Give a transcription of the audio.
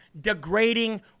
degrading